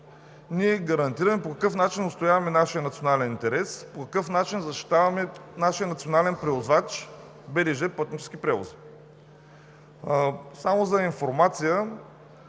ние гарантираме и отстояваме нашия национален интерес, по какъв начин защитаваме нашия национален превозвач – БДЖ „Пътнически превози“. Само за информация